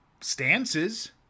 stances